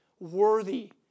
Worthy